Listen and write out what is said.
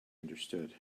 understood